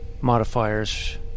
modifiers